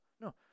no